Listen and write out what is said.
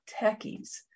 techies